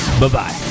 Bye-bye